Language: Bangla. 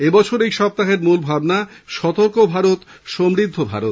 এবছর এই সপ্তাহের মূল ভাবনা সতর্ক ভারত সমৃদ্ধ ভারত